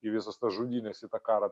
į visas tas žudynes į tą karą